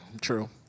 True